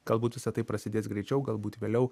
galbūt visa tai prasidės greičiau galbūt vėliau